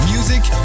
Music